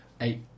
Eight